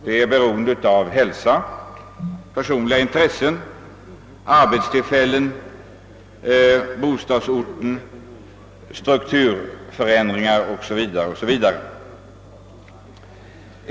Det kan vara beroende av hälsa, personliga intressen, arbetstillfällen, bostadsort, strukturförändringar o. s. v.